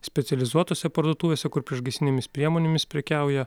specializuotose parduotuvėse kur priešgaisrinėmis priemonėmis prekiauja